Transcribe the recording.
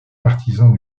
partisans